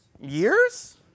Years